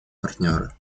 партнеры